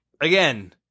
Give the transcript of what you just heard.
Again